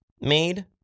made